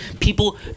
People